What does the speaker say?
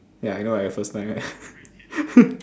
ya I know my first time right